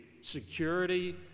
security